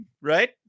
right